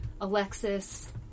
Alexis